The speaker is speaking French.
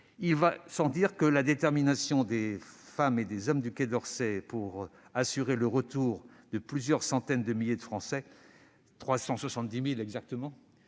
Il va sans dire que la détermination des femmes et des hommes du Quai d'Orsay à assurer le retour de plusieurs centaines de milliers de Français- 370 000 exactement